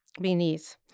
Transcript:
beneath